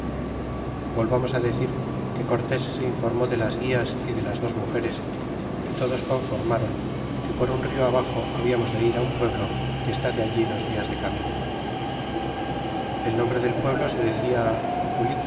volvamos decir que cortés se informó de las guias y de las dos mugeres y todos conformáron que por un rio abaxo habitamos de ir un pueblo que sta de allí dos dias de camino el nombre del pueblo se decía oculizti